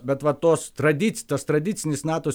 bet va tos tradic tas tradicinis nato